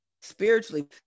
spiritually